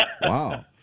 Wow